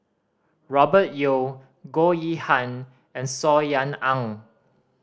Robert Yeo Goh Yihan and Saw Ean Ang